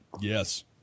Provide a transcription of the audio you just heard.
Yes